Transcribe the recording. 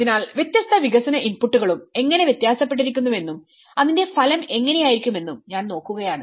അതിനാൽ വ്യത്യസ്ത വികസന ഇൻപുട്ടുകളും എങ്ങനെ വ്യത്യാസപ്പെട്ടിരിക്കുന്നുവെന്നും അതിന്റെ ഫലം എങ്ങനെയായിരിക്കുമെന്നും ഞാൻ നോക്കുകയാണ്